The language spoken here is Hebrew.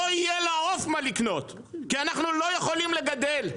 לא יהיה לה עוף לקנות כי אנחנו לא יכולים לגדל.